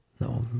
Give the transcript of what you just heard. no